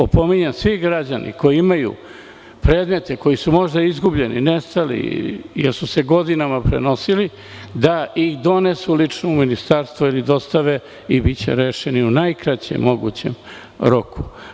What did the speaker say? Opominjem, svi građani koji imaju predmete koji su možda izgubljeni ili su nestali jer su se godinama prenosili, da ih donesu lično u ministarstvo ili dostave i biće rešeni u najkraćem mogućem roku.